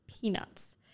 peanuts